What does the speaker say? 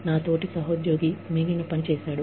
నా తోటి సహోద్యోగి మిగిలిన పని చేశాడు